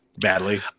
badly